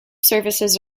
services